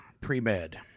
pre-med